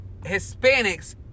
Hispanics